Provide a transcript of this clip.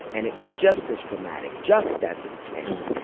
and it was just as dramatic, just as intense.